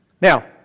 Now